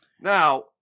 now